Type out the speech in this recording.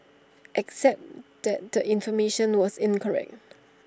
except that the information was incorrect